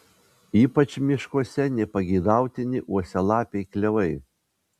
ypač miškuose nepageidautini uosialapiai klevai